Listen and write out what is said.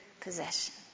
possession